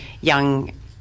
young